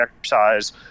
exercise